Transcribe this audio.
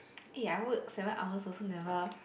eh I work seven hours also never